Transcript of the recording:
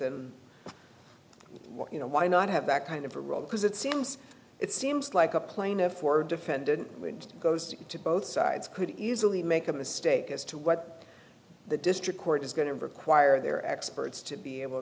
than you know why not have that kind of a role because it seems it seems like a plaintiff or a defendant and goes to to both sides could easily make a mistake as to what the district court is going to require their experts to be able